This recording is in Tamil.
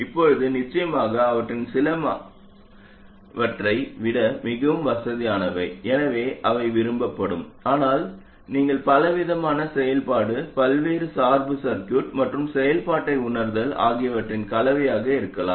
இப்போது நிச்சயமாக அவற்றில் சில மற்றவர்களை விட மிகவும் வசதியானவை எனவே அவை விரும்பப்படும் ஆனால் நீங்கள் பலவிதமான செயல்பாடு பல்வேறு சார்பு சர்கியூட் மற்றும் செயல்பாட்டை உணர்தல் ஆகியவற்றின் கலவையாக இருக்கலாம்